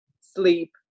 sleep